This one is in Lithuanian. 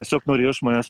tiesiog norėjo iš manęs